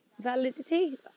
Validity